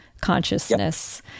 consciousness